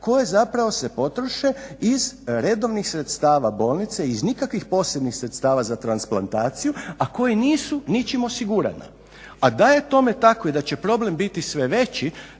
koje zapravo se potroše iz redovnih sredstava bolnice i iz nikakvih posebnih sredstava za transplantaciju a koji nisu ničim osigurani, a da je tome tako i da će problem biti sve veći